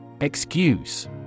Excuse